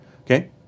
okay